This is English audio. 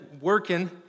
working